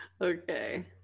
Okay